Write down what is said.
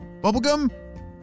bubblegum